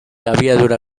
abiadura